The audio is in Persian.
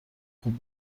خوب